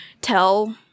tell